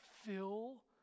fill